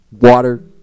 water